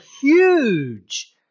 huge